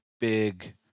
big